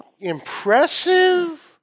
impressive